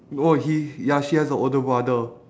no he ya she has a older brother